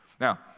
Now